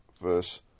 verse